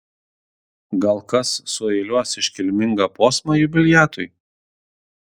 gal kas sueiliuos iškilmingą posmą jubiliatui